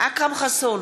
אכרם חסון,